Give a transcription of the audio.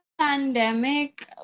pandemic